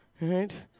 right